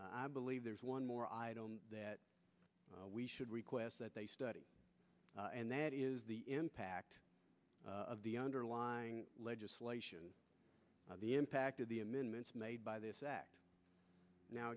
i believe there is one more i don't that we should request that they study and that is the impact of the underlying legislation the impact of the amendments made by this act now